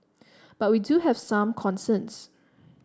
but we do have some concerns